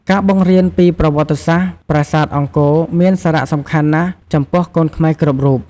ការបង្រៀនពីប្រវត្តិសាស្ត្រប្រាសាទអង្គរមានសារៈសំខាន់ណាស់ចំពោះកូនខ្មែរគ្រប់រូប។